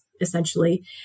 essentially